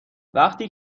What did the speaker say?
وقتی